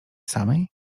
samej